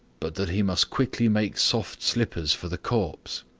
but that he must quickly make soft slippers for the corpse.